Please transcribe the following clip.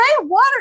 water